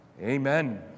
Amen